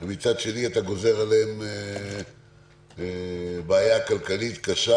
מצד שני - אתה גוזר עליהם בעיה כלכלית קשה,